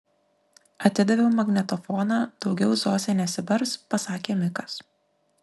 atidaviau magnetofoną daugiau zosė nesibars pasakė mikas